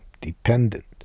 dependent